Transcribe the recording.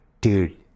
Dude